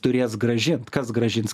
turės grąžint kas grąžins